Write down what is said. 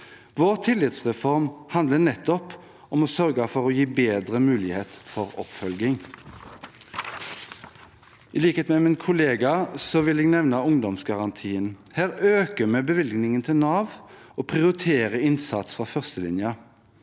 Vår tillitsreform handler nettopp om å sørge for å gi bedre mulighet for oppfølging. I likhet med min kollega vil jeg nevne ungdomsgarantien. Her øker vi bevilgningen til Nav og prioriterer innsats i førstelinjen: